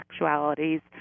sexualities